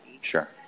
Sure